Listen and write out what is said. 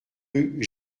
rue